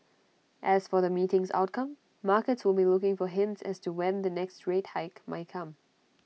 as for the meeting's outcome markets will be looking for hints as to when the next rate hike may come